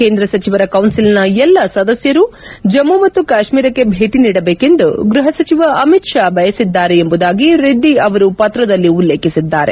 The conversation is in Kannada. ಕೇಂದ್ರ ಸಚಿವರ ಕೌನ್ವಿಲ್ನ ಎಲ್ಲ ಸದಸ್ಯರು ಜಮ್ಮು ಮತ್ತು ಕಾಶ್ಮೀರಕ್ಕೆ ಭೇಟಿ ನೀಡಬೇಕೆಂದು ಗ್ಬಹ ಸಚಿವ ಅಮಿತ್ ಶಾ ಬಯಸಿದ್ದಾರೆ ಎಂದು ರೆಡ್ಡಿ ಅವರು ಪತ್ರದಲ್ಲಿ ಉಲ್ಲೇಖಿಸಿದ್ದಾರೆ